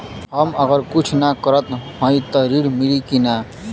हम अगर कुछ न करत हई त ऋण मिली कि ना?